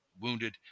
wounded